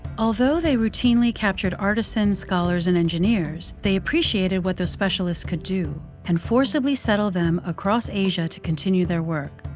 although they routinely captured artisans, scholars and engineers, they appreciated what those specialists could do and forcibly settled them across asia to continue their work.